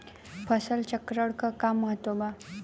फसल चक्रण क का महत्त्व बा?